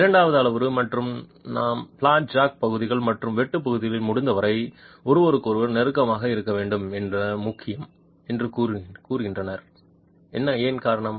இரண்டாவது அளவுரு மற்றும் நான் பிளாட் ஜாக் பகுதிகள் மற்றும் வெட்டு பகுதியில் முடிந்தவரை ஒருவருக்கொருவர் நெருக்கமாக இருக்க வேண்டும் என்று முக்கியம் என்று கூறினார் ஏன் காரணம்